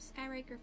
Skyraker